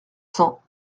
cents